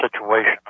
situation